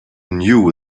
knew